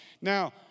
Now